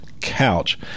Couch